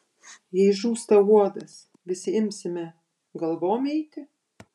jei žūsta uodas visi imsime galvom eiti